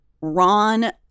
ron